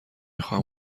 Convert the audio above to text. خواهم